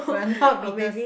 we are not rehearsing